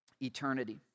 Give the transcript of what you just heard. eternity